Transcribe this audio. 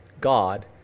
God